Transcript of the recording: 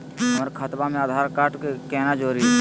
हमर खतवा मे आधार कार्ड केना जुड़ी?